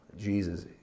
Jesus